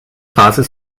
phase